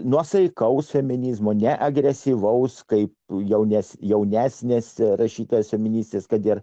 nuosaikaus feminizmo neagresyvaus kai jau nes jaunesnėse rašytojas feministės kad ir